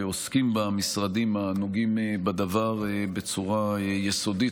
ועוסקים בה המשרדים הנוגעים בדבר בצורה יסודית